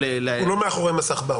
אין הבדל אבל לא אחורה.